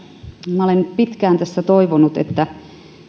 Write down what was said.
minä olen pitkään tässä toivonut että